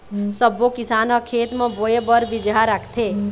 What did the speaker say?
सब्बो किसान ह खेत म बोए बर बिजहा राखथे